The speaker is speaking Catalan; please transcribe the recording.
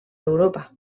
europa